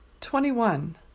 Twenty-one